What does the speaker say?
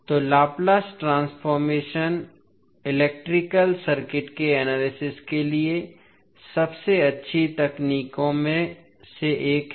तो Laplace transformation electrical circuit के analysis के लिए सबसे अच्छी तकनीकों में से एक है